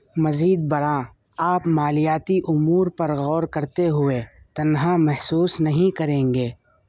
مزید برآں آپ مالیاتی امور پر غور کرتے ہوئے تنہا محسوس نہیں کریں گے